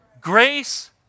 Grace